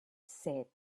said